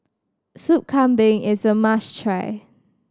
Soup Kambing is a must try